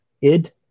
Id